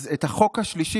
אז את החוק השלישי,